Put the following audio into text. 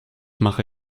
mache